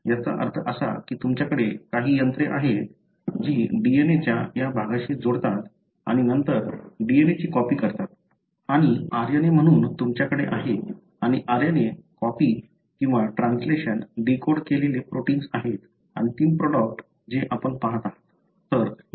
याचा अर्थ असा की तुमच्याकडे काही यंत्रे आहेत जी DNA च्या या भागाशी जोडतात आणि नंतर DNA ची कॉपी करतात आणि RNA म्हणून तुमच्याकडे आहे आणि RNA कॉपी किंवा ट्रान्सलेशन डीकोड केलेले प्रोटिन्स आहेत अंतिम प्रॉडक्ट जे आपण पहात आहात